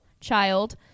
child